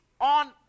on